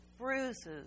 bruises